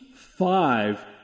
five